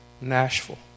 Nashville